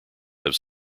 have